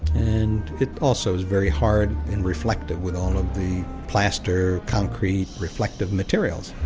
and it also is very hard and reflective with all the plaster, concrete, reflective materials.